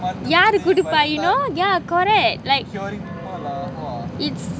yeah கொரே:kore yeah correct like it's